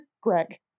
greg